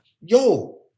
yo